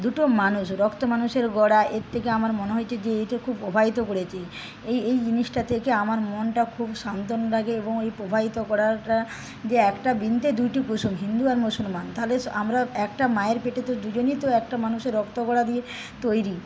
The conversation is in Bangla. দুটো মানুষ রক্ত মানুষের গড়া এর থেকে আমার মনে হয়েছে যে এতো খুব প্রবাহিত করেছে এই এই জিনিসটা থেকে আমার মনটা খুব সান্ত্বনা লাগে এবং এই প্রবাহিত করাটা যে একটা বৃন্তে দুটি কুসুম হিন্দু আর মুসলমান তাহলে আমরা একটা মায়ের পেটে তো দুজনেই তো একটা মানুষের রক্ত গড়া দিয়ে তৈরি